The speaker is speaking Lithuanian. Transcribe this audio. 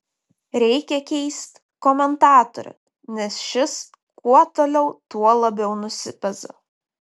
reikia keist komentatorių nes šis kuo toliau tuo labiau nusipeza